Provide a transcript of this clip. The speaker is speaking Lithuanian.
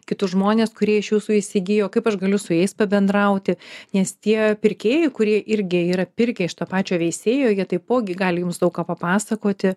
kitus žmones kurie iš jūsų įsigijo kaip aš galiu su jais pabendrauti nes tie pirkėjai kurie irgi yra pirkę iš to pačio veisėjo jie taipogi gali jums daug ką papasakoti